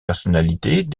personnalités